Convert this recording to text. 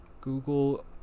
Google